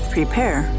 Prepare